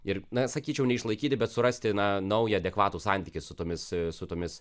ir na sakyčiau neišlaikyti bet surasti na naują adekvatų santykį su tomis su tomis